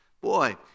Boy